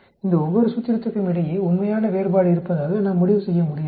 இந்த ஒவ்வொரு சூத்திரத்திற்கும் இடையே உண்மையான வேறுபாடு இருப்பதாக நாம் முடிவு செய்ய முடியாது